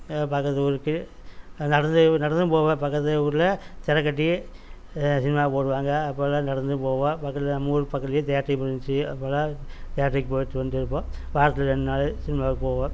ஏதா பக்கத்து ஊருக்கு நடந்து நடந்து தான் போவோம் பக்கத்து ஊரில் தெரை கட்டி சினிமா போடுவாங்க அப்போதெலாம் நடந்தே போவோம் பக்கத்தில் நம்ம ஊர் பக்கத்திலேயே தேட்டர் இருந்துச்சு அப்போலாம் தேட்டருக்கு போயிட்டு வந்திட்ருப்போம் வாரத்தில் ரெண்டு நாள் சினிமாக்கு போவோம்